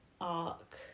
arc